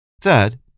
Third